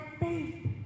faith